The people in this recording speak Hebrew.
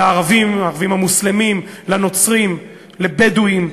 לערבים, לערבים המוסלמים, לנוצרים, לבדואים,